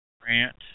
Grant